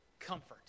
comfort